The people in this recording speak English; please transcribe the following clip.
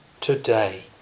today